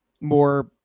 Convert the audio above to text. more